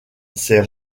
ses